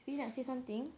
speedy nak say something